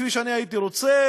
כפי שאני הייתי רוצה,